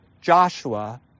Joshua